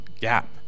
gap